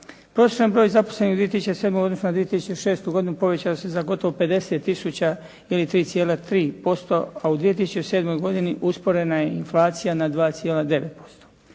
Prosječan broj zaposlenih u 2007. u odnosu na 2006. godinu povećao se za gotovo 50 tisuća ili 3,3% a u 2007. godini usporena je inflacija na 2,9%.